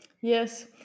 yes